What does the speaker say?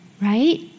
right